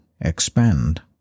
expand